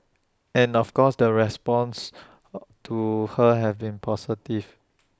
and of course the responses to her have been positive